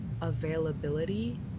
availability